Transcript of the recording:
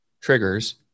triggers